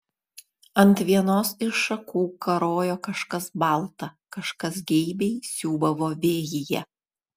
ant vienos iš šakų karojo kažkas balta kažkas geibiai siūbavo vėjyje